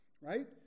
right